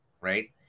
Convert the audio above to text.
right